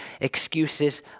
excuses